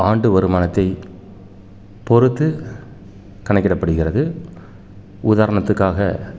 ஆண்டு வருமானத்தைப் பொறுத்து கணக்கிடப்படுகிறது உதாரணத்துக்காக